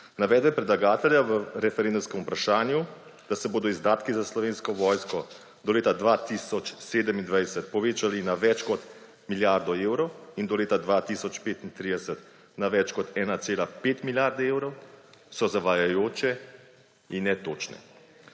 Navedbe predlagatelja v referendumskem vprašanju, da se bodo izdatki za Slovensko vojsko do leta 2027 povečali na več kot milijardo evrov in do leta 2035 na več kot 1,5 milijarde evrov, so zavajajoče in netočne.